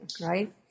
right